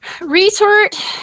Retort